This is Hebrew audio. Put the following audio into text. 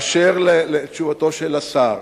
באשר לתשובתו של השר,